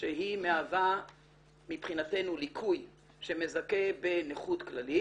שהיא מהווה מבחינתנו ליקוי שמזכה בנכות כללית,